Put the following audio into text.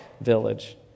village